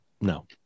No